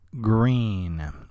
Green